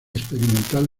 experimental